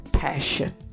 passion